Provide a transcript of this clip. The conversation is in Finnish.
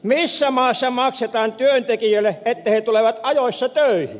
missä maassa maksetaan työntekijöille että he tulevat ajoissa töihin